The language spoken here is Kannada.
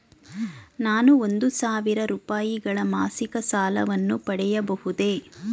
ನಾನು ಒಂದು ಸಾವಿರ ರೂಪಾಯಿಗಳ ಮಾಸಿಕ ಸಾಲವನ್ನು ಪಡೆಯಬಹುದೇ?